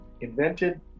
invented